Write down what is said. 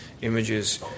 images